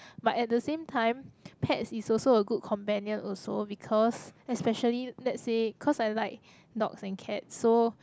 but at the same time pet is also a good companion also because especially let's say cause I like dogs and cats so